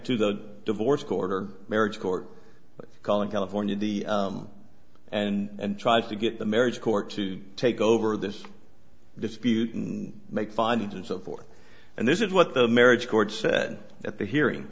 to the divorce court or marriage court calling california the and try to get the marriage court to take over this dispute and make findings and so forth and this is what the marriage court said at the hearing